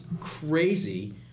crazy